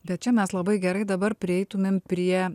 bet čia mes labai gerai dabar prieitumėm prie